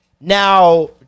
now